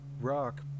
rock